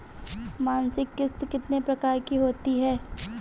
मासिक किश्त कितने प्रकार की होती है?